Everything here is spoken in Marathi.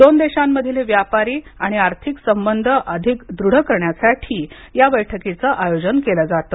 दोन देशांमधील व्यापारी आणि आर्थिक संबंध अधिक दृढ करण्यासाठी या बैठकीचं आयोजन केलं जातं